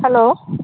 hello